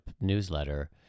newsletter